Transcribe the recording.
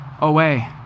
away